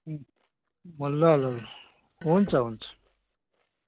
भयो ल ल ल हुन्छ हुन्छ